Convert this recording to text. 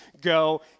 go